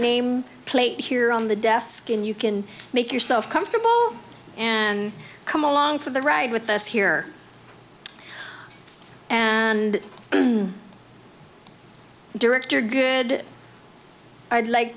name plate here on the desk and you can make yourself comfortable and come along for the ride with us here and director good i'd like